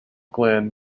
glen